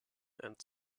and